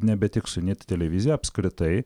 nebe tik su init televizija apskritai